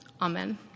Amen